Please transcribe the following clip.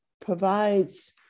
provides